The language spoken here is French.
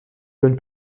donne